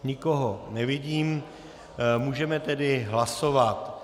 Nikoho nevidím, můžeme tedy hlasovat.